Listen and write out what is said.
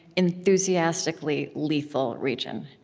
enthusiastically lethal region.